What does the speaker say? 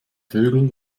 vögel